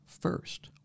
first